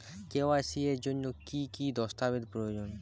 KYC এর জন্যে কি কি দস্তাবেজ প্রয়োজন?